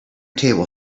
table